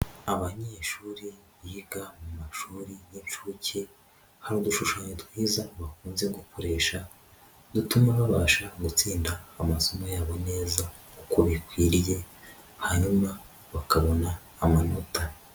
Abanyeshuri biga mu mashuri y'incuke hari udushushanya twiza bakunze gukoresha gutuma babasha gutsinda amasomo yabo neza uko bikwiriye hanyuma bakabona amanota.